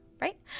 right